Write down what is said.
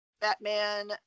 Batman